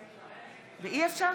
השכל,